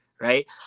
right